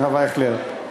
הרב אייכלר.